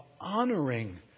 honoring